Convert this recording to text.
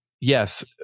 Yes